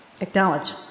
acknowledge